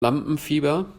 lampenfieber